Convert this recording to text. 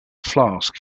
flask